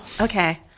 okay